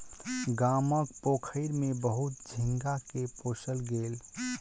गामक पोखैर में बहुत झींगा के पोसल गेल